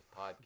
podcast